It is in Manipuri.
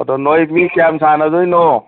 ꯑꯗꯣ ꯅꯈꯣꯏ ꯃꯤ ꯀꯌꯥꯝ ꯁꯥꯟꯅꯗꯣꯏꯅꯣ